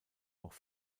auch